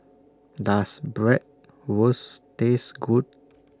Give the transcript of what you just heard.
Does Bratwurst Taste Good